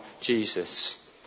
Jesus